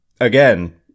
again